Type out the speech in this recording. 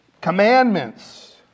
commandments